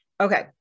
Okay